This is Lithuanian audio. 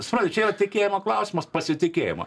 supranti čia yra tikėjimo klausimas pasitikėjimo